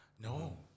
No